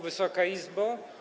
Wysoka Izbo!